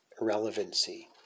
relevancy